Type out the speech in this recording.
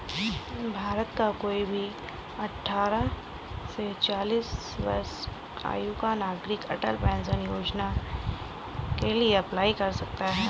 भारत का कोई भी अठारह से चालीस वर्ष आयु का नागरिक अटल पेंशन योजना के लिए अप्लाई कर सकता है